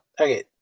Okay